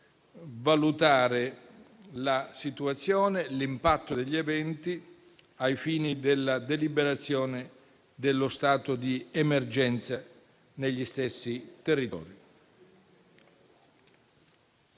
valutare la situazione e l'impatto degli eventi ai fini della deliberazione dello stato di emergenza negli stessi territori.